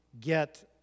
get